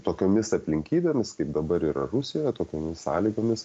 tokiomis aplinkybėmis kaip dabar yra rusijoje tokiomis sąlygomis